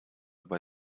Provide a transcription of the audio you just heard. bei